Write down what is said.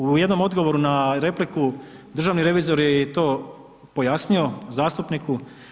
U jednom odgovoru na repliku državni revizor je i to pojasni zastupniku.